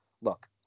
Look